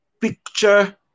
picture